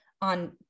on